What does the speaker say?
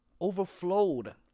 overflowed